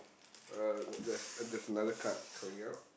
uh there's there's another card coming out